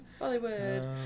Bollywood